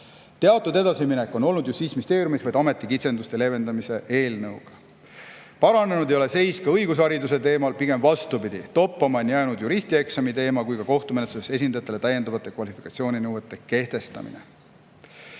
Teatud edasiminek on olnud Justiitsministeeriumis vaid ametikitsenduste leevendamise eelnõuga. Paranenud ei ole ka õigushariduse seis, pigem vastupidi. Toppama on jäänud juristieksami teema ja ka kohtumenetluses esindajatele täiendavate kvalifikatsiooninõuete kehtestamine.